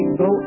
go